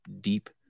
deep